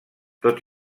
tot